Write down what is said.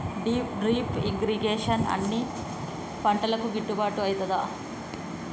Drip irrigation అన్ని పంటలకు గిట్టుబాటు ఐతదా?